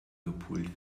gepult